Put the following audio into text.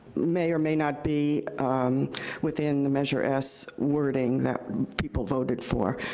may or may not be within the measure s wording that people voted for,